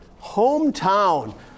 Hometown